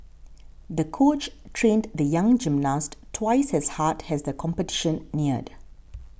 the coach trained the young gymnast twice as hard as the competition neared